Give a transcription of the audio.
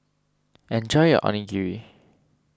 enjoy your Onigiri